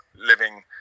living